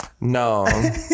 No